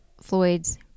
Floyd's